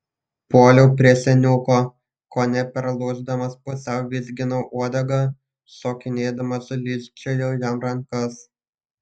puoliau prie seniuko kone perlūždamas pusiau vizginau uodegą šokinėdamas lyžčiojau jam rankas